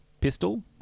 Pistol